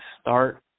start